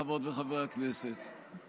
חברות וחברי הכנסת,